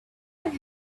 and